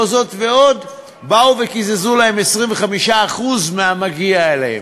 ועוד באו וקיזזו להם 25% מהמגיע להם.